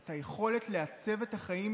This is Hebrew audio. את היכולת לעצב את החיים